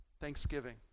thanksgiving